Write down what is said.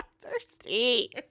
Thirsty